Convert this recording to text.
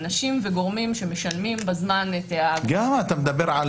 אנשים וגורמים שמשלמים בזמן --- על רכב משלמים אגרה,